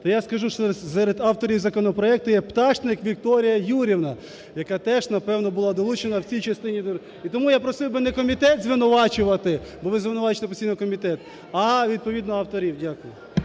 То я скажу, що серед авторів законопроекту є Пташник Вікторія Юріївна, яка теж , напевно, була долучена в цій частині… І тому я просив би не комітет звинувачувати, бо ви звинувачуєте постійно комітет, а відповідно авторів. Дякую.